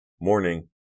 Morning